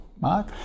Mark